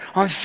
on